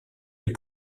les